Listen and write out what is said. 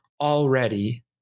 already